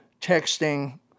texting